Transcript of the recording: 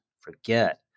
forget